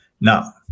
Now